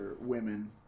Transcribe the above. women